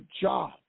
job